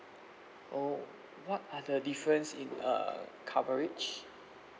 oh what are the difference in uh coverage